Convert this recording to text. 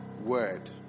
word